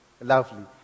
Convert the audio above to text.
lovely